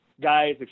Guys